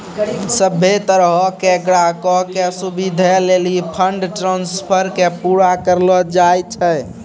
सभ्भे तरहो के ग्राहको के सुविधे लेली फंड ट्रांस्फर के पूरा करलो जाय छै